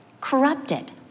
corrupted